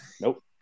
Nope